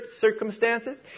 circumstances